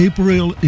April